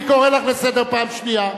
אני קורא אותך לסדר פעם שנייה.